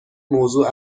موضوع